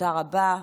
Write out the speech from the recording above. תודה רבה.